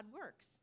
works